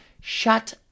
shut